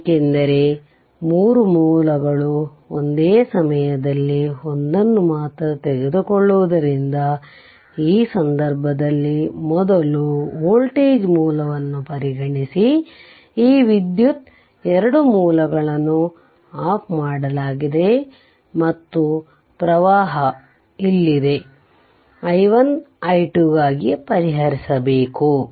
ಏಕೆಂದರೆ 3 ಮೂಲಗಳು ಒಂದೇ ಸಮಯದಲ್ಲಿ ಒಂದನ್ನು ಮಾತ್ರ ತೆಗೆದುಕೊಳ್ಳುವುದರಿಂದ ಈ ಸಂದರ್ಭದಲ್ಲಿ ಮೊದಲು ವೋಲ್ಟೇಜ್ ಮೂಲವನ್ನು ಪರಿಗಣಿಸಿ ಈ ವಿದ್ಯುತ್ 2 ಮೂಲಗಳನ್ನು ಆಫ್ ಮಾಡಲಾಗಿದೆ ಮತ್ತು ಪ್ರವಾಹವು ಇಲ್ಲಿದೆ i1 i2ಗಾಗಿ ಪರಿಹರಿಸಬೇಕು